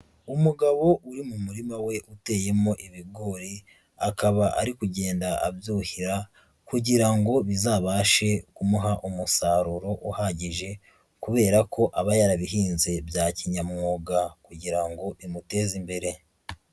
Umugabo uri mu murima we uteyemo ibigori, akaba ari kugenda abyuhira kugira ngo bizabashe kumuha umusaruro uhagije, kubera ko aba yarabihinze bya kinyamwuga kugira ngo bimuteze imbere.